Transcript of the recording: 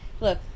Look